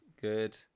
good